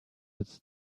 its